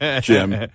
Jim